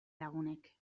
lagunek